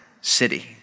city